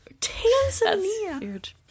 Tanzania